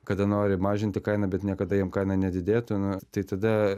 kada nori mažinti kainą bet niekada jiem kaina nedidėtų na tai tada